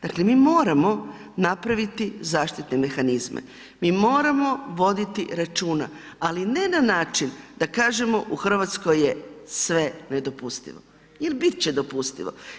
Dakle, mi moramo napraviti zaštitne mehanizme, mi moramo voditi računa ali ne na način da kažemo u Hrvatskoj je sve nedopustivo ili bit će dopustivo.